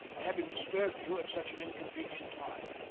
for having disturbed you at such an inconvenient time,